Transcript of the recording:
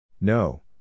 No